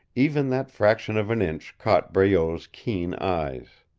even that fraction of an inch caught breault's keen eyes.